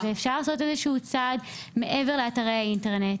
ואפשר לעשות איזשהו צעד מעבר לאתרי האינטרנט,